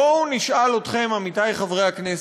בואו נשאל אתכם, עמיתי חברי הכנסת: